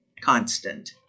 constant